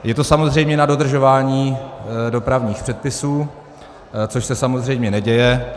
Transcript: Je to samozřejmě na dodržování dopravních předpisů, což se samozřejmě neděje.